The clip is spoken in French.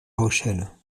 rochelle